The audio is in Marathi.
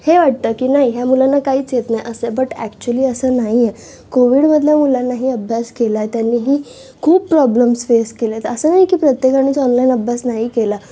हे वाटतं की नाही ह्या मुलांना काहीच येत नाही असं आहे बट ऍक्च्युली असं नाही आहे कोव्हीडमधल्या मुलांनाही अभ्यास केला आहे त्यांनीही खूप प्रॉब्लेम्स फेस केले आहेत असं नाही की प्रत्येकानी चांगला अभ्यास नाही केला